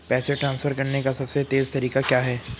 पैसे ट्रांसफर करने का सबसे तेज़ तरीका क्या है?